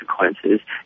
consequences